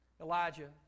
Elijah